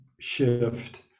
shift